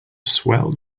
swell